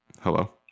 Hello